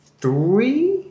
three